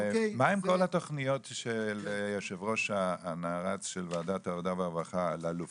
מה עם כל התוכניות של יושב הראש הנערץ של ועדת העבודה והרווחה אלאלוף,